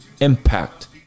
Impact